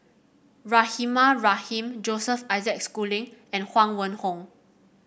Rahimah Rahim Joseph Isaac Schooling and Huang Wenhong